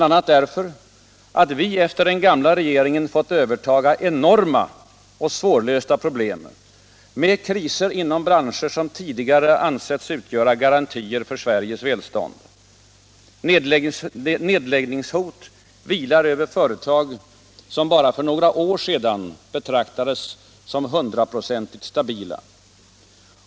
a. därför att vi efter den gamla regeringen fått överta enorma och svårlösta problem med kriser inom branscher som tidigare ansetts utgöra garantier för Sveriges välstånd. Nedläggningshot vilar över företag som för bara några år sedan betraktades som hundraprocentigt stabila.